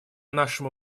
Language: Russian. нашему